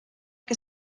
que